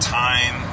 time